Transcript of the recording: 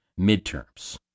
midterms